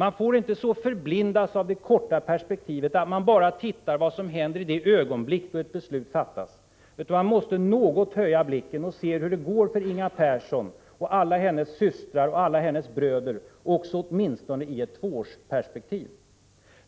Man får inte så bländas av det korta perspektivet att man bara ser på vad som händer i det ögonblick då ett beslut fattas, utan man måste något höja blicken och se hur det går för Inger Persson och alla hennes systrar och alla hennes bröder åtminstone i ett tvåårsperspektiv.